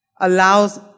allows